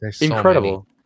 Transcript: incredible